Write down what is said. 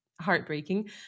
heartbreaking